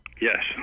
Yes